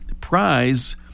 prize